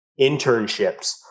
internships